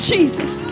Jesus